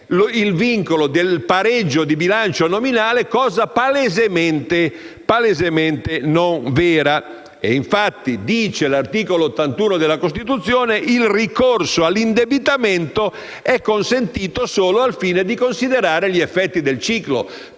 il vincolo del pareggio di bilancio nominale, cosa palesemente non vera. Tant'è, l'articolo 81 della Costituzione dice che «Il ricorso all'indebitamento è consentito solo al fine di considerare gli effetti del ciclo